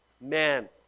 man